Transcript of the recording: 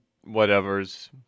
whatever's